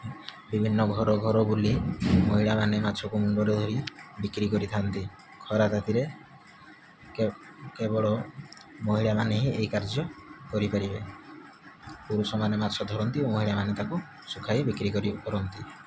ବିଭିନ୍ନ ଘର ଘର ବୁଲି ମହିଳାମାନେ ମାଛକୁ ମୁଣ୍ଡରେ ଧରି ବିକ୍ରି କରିଥାନ୍ତି ଖରା ତାତିରେ କେବଳ ମହିଳାମାନେ ହଁ ଏହି କାର୍ଯ୍ୟ କରି ପାରିବେ ପୁରୁଷମାନେ ମାଛ ଧରନ୍ତି ଓ ମହିଳାମାନେ ତାକୁ ଶୁଖାଇ ବିକ୍ରି କରି କରନ୍ତି